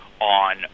on